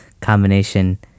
combination